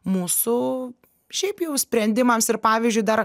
mūsų šiaip jau sprendimams ir pavyzdžiui dar